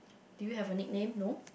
do you have a nickname no